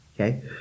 Okay